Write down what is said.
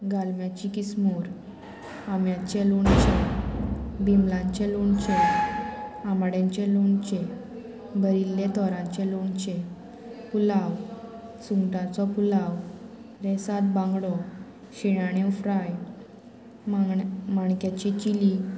गालम्याची किसमूर आम्याचें लोणचें बिमलांचें लोणचें आमाड्यांचें लोणचें बरिल्ले तोरांचें लोणचें पुलाव सुंगटांचो पुलाव रेसात बांगडो शिणाण्यो फ्राय मांगण माणक्याची चिली